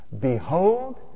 Behold